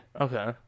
Okay